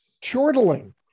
chortling